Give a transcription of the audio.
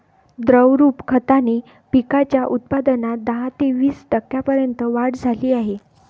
द्रवरूप खताने पिकांच्या उत्पादनात दहा ते वीस टक्क्यांपर्यंत वाढ झाली आहे